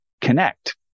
connect